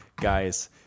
guys